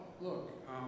look